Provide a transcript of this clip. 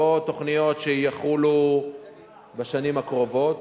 לא תוכניות שיחולו בשנים הקרובות.